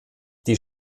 die